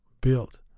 built